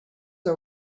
are